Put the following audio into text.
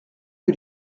que